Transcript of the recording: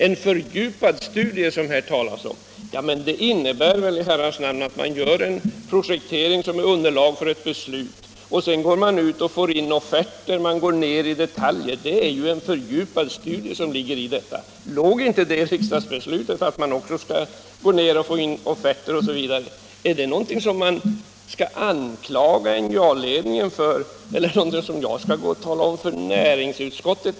En fördjupad studie, som det här talas om, innebär väl att man gör en projektering som underlag för ett beslut och att man sedan inhämtar offerter, går in i detaljer. Låg det inte i riksdagsbeslutet att man också skall inhämta offerter osv.? Är det någonting som man skall anklaga NJA-ledningen för eller något som jag skall tala om för näringsutskottet?